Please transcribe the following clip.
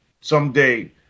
someday